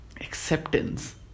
acceptance